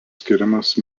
skiriamas